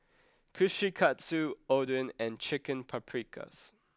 Kushikatsu Oden and Chicken Paprikas